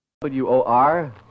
W-O-R